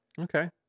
Okay